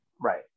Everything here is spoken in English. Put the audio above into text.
Right